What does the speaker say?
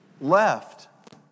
left